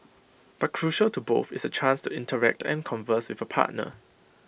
but crucial to both is A chance to interact and converse with A partner